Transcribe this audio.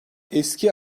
eski